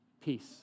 Peace